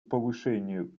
повышению